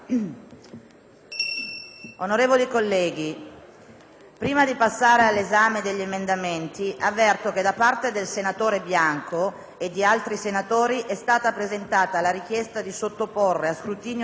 Onorevoli colleghi, prima di passare all'esame degli emendamenti, avverto che, da parte del senatore Bianco e di altri senatori, è stata presentata la richiesta di sottoporre a scrutinio segreto